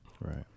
Right